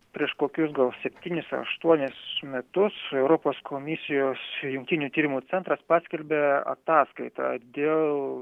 prieš kokius gal septynis ar aštuonis metus europos komisijos jungtinių tyrimų centras paskelbė ataskaitą dėl